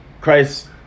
Christ